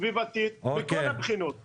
סביבה ומכל שאר הבחינות.